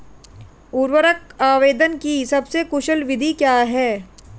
उर्वरक आवेदन की सबसे कुशल विधि क्या है?